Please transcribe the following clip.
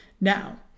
now